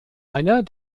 einer